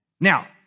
Now